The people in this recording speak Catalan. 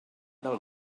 del